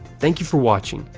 thank you for watching,